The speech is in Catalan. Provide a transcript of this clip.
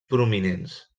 prominents